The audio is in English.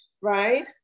right